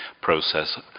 process